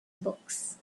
books